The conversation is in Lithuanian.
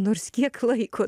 nors kiek laiko